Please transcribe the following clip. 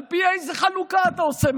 על פי איזו חלוקה אתה עושה?